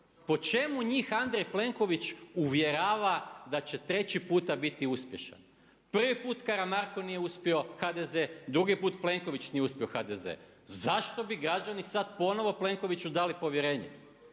po čemu njih Andrej Plenković uvjerava da će treći puta biti uspješan? Prvi put Karamarko nije uspio, HDZ, drugi put Plenković nije uspio HDZ, zašto bi građani sad ponovno Plenkoviću dali povjerenje?